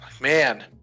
man